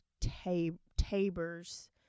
Tabers